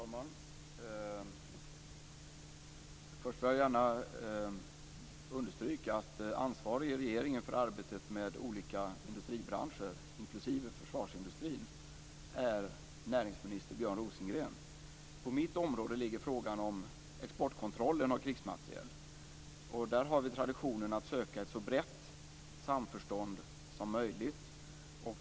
Fru talman! Jag vill gärna understryka att ansvarig i regeringen för arbetet med olika industribranscher, inklusive försvarsindustrin, är näringsminister Björn På mitt område ligger frågan om exportkontrollen av krigsmateriel. Där har vi traditionen att söka ett så brett samförstånd som möjligt.